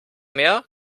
mehr